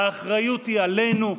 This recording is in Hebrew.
האחריות היא עלינו,